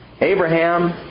Abraham